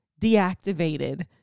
deactivated